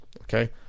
Okay